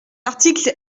article